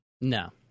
No